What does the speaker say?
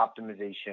optimization